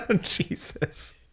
Jesus